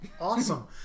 Awesome